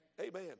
Amen